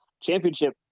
championship